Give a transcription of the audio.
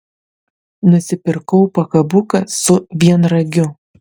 nusipirkau pakabuką su vienragiu